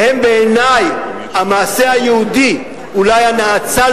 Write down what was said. וזה בעיני המעשה היהודי אולי הנאצל